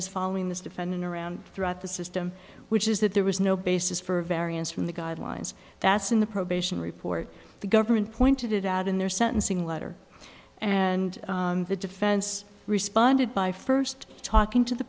is following this defendant around throughout the system which is that there was no basis for a variance from the guidelines that's in the probation report the government pointed out in their sentencing letter and the defense responded by first talking to the